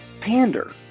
pander